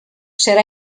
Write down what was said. serà